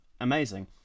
amazing